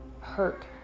Hurt